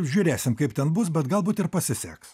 žiūrėsim kaip ten bus bet galbūt ir pasiseks